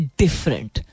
different